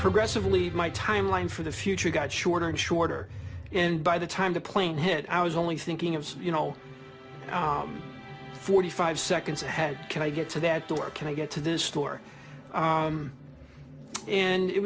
progressive leave my timeline for the future got shorter and shorter and by the time the plane hit i was only thinking of you know forty five seconds ahead can i get to that or can i get to this store and it